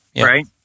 right